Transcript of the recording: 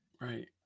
Right